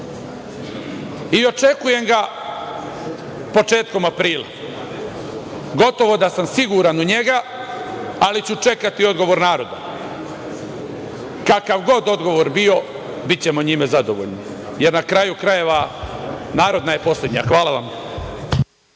Očekujem ga početkom aprila. Gotovo da sam siguran u njega, ali ću čekati odgovor naroda. Kakav god odgovor bio, bićemo njime zadovoljni, jer na kraju krajeva, narodna je poslednja. Hvala.